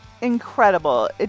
Incredible